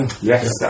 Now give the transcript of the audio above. Yes